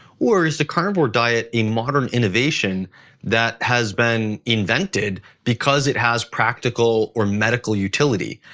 or is the carnivore diet a modern innovation that has been invented because it has practical or medical utility.